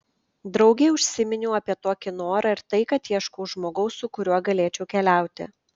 draugei užsiminiau apie tokį norą ir tai kad ieškau žmogaus su kuriuo galėčiau keliauti